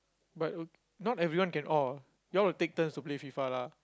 but oh not everyone can orh you all will take turns to play FIFA lah